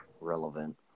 relevant